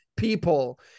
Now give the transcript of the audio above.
people